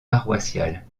paroissiale